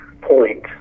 point